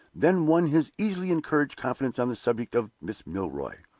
then won his easily encouraged confidence on the subject of miss milroy.